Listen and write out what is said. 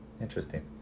interesting